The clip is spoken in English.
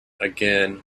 again